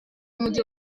w’umujyi